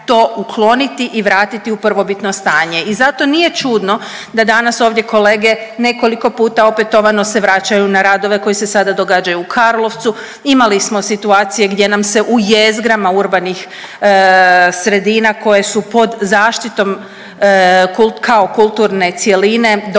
to ukloniti i vratiti u prvobitno stanje. I zato nije čudno da danas ovdje kolege nekoliko puta opetovano se vraćaju na radove koji se sada događaju u Karlovcu. Imali smo situacije gdje nam se u jezgrama urbanih sredina koje su pod zaštitom kao kulturne cjeline događale